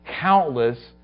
countless